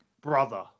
Brother